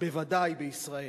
בוודאי בישראל.